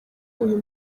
uyu